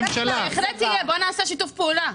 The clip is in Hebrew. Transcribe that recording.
בוא נעשה שיתוף פעולה.